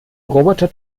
roboter